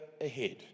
ahead